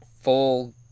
full